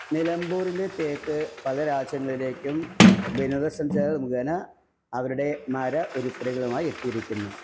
നിലമ്പൂരിലെ തേക്ക് പല രാജ്യങ്ങളിലേക്കും വിനോദസഞ്ചാരികൾ മുഖേന അവരുടെ മര ഉരുപ്പടികളായി എത്തിയിരിക്കുന്നു